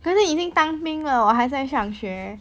可是你已经当兵了我还在上学